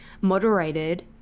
moderated